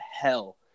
hell